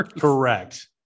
Correct